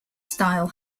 style